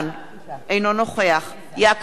אינו נוכח יעקב ליצמן,